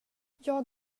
jag